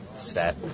stat